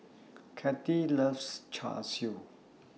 Cathi loves Char Siu